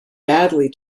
badly